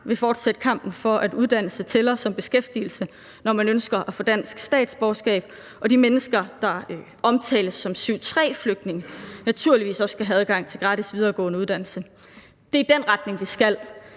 vil fortsætte kampen for, at uddannelse tæller som beskæftigelse, når man ønsker at få dansk statsborgerskab, og de mennesker, der omtales som 7-3-flygtninge, skal naturligvis også have adgang til gratis videregående uddannelse. Det er den retning, vi skal,